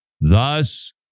Thus